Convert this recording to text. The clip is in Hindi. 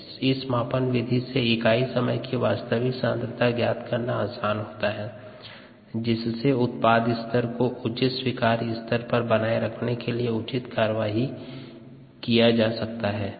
इस मापन विधि से इकाई समय की वास्तविक सांद्रता ज्ञात करना असान होता है जिससे उत्पाद स्तर को उचित स्वीकार्य स्तर पर बनाए रखने के लिए उचित कार्रवाई किया जा सकता है